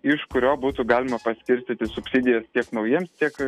iš kurio būtų galima paskirstyti subsidijas tiek naujiems tiek